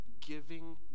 giving